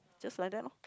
just like that lor